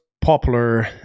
popular